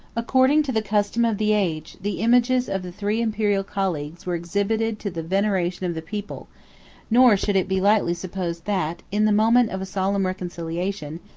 according to the custom of the age, the images of the three imperial colleagues were exhibited to the veneration of the people nor should it be lightly supposed, that, in the moment of a solemn reconciliation,